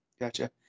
Gotcha